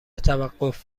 توقف